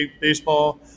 baseball